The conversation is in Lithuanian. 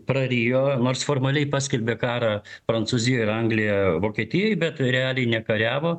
prarijo nors formaliai paskelbė karą prancūzija ir anglija vokietijai bet realiai nekariavo